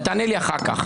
תענה לי אחר כך.